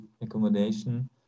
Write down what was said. accommodation